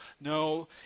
No